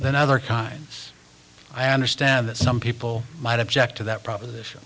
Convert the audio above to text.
than other kinds i understand that some people might object to that proposition